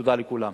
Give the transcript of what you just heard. תודה לכולם.